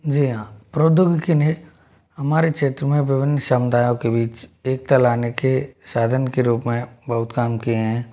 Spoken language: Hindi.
जी हाँ प्रौद्योगिकी के लिए हमारे क्षेत्र में विभिन्न समुदायों के बीच एकता लाने के साधन के रूप में बहुत काम किए हैं